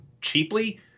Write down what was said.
cheaply